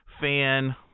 fan